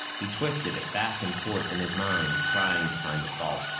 he twisted it back and forth in his mind, trying to find a fault.